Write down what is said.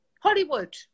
Hollywood